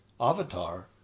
avatar